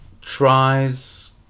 tries